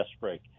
break